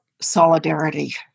solidarity